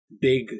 big